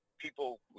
people